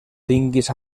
tinguis